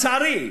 לצערי,